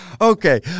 Okay